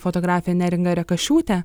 fotografė neringa rekašiūtė